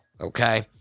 Okay